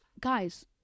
guys